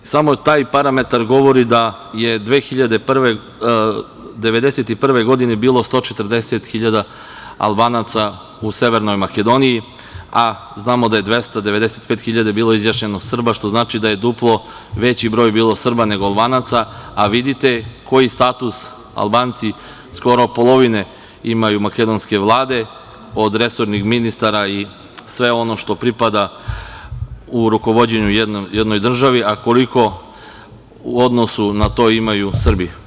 Samo taj parametar govori da je 1991. godine bilo 140.000 Albanaca u Severnoj Makedoniji, a znamo da je 295.000 bilo izjašnjeno Srba, što znači da je duplo veći broj bilo Srba nego Albanaca, a vidite koji status Albanci skoro polovine imaju makedonske vlade, od resornih ministara i sve ono što pripada u rukovođenju jednoj državi, a koliko u odnosu na to imaju Srbi.